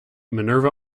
minerva